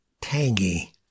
tangy